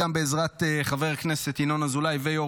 גם בעזרת חבר הכנסת ינון אזולאי ויו"ר